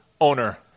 owner